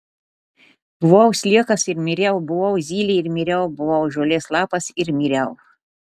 buvau sliekas ir miriau buvau zylė ir miriau buvau žolės lapas ir miriau